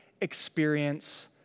experience